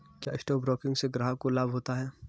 क्या stock broking से ग्राहक को लाभ होता है?